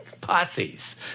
posses